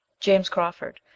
james crawford,